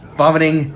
vomiting